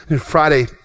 Friday